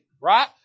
right